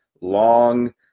long –